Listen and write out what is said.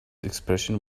expression